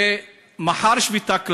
ומחר שביתה כללית.